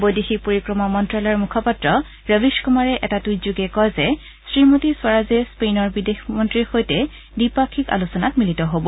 বৈদেশিক পৰিক্ৰমা মন্ত্যালয়ৰ মুখপাত্ৰ ৰবীশ কুমাৰে এটা টুইট যোগে কয় যে শ্ৰীমতী স্বৰাজে স্পেইনৰ বিদেশ মন্নীৰ সৈতে দ্বিপাক্ষিক আলোচনাত মিলিত হ'ব